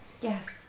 Yes